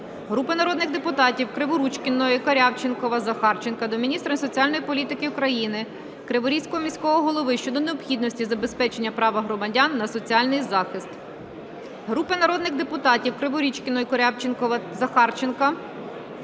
Групи народних депутатів (Криворучкіної, Корявченкова, Захарченка) до міністра соціальної політики України, Криворізького міського голови щодо необхідності забезпечення права громадян на соціальний захист. Групи народних депутатів (Криворучкіної, Корявченкова, Захарченка)